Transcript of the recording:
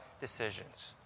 decisions